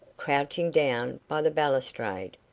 crouching down by the balustrade,